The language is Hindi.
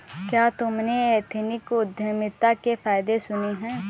क्या तुमने एथनिक उद्यमिता के फायदे सुने हैं?